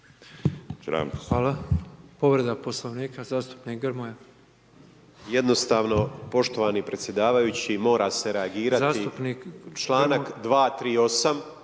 Hvala.